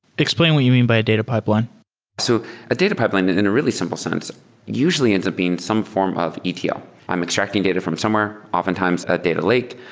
explain what you mean by a data pipeline so a data pipeline in a really simple sense usually ends up being some form of etl. i'm extracting data from somewhere, often times a data lake.